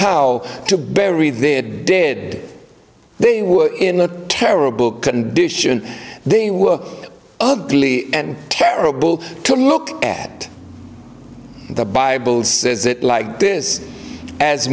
how to bury their dead they were in a terrible condition they were ugly and terrible to look at the bible says it like